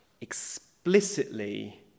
explicitly